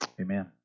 Amen